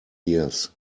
years